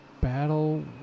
battle